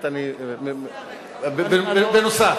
בנוסף,